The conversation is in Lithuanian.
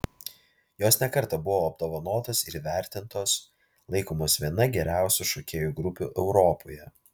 jos ne kartą buvo apdovanotos ir įvertintos laikomos viena geriausių šokėjų grupių europoje